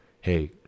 Hey